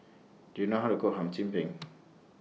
Do YOU know How to Cook Hum Chim Peng